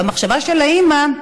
והמחשבה של האימא,